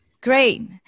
Great